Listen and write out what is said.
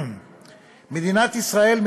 מדינת ישראל,